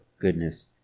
goodness